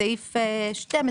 בסעיף 12